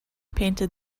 painted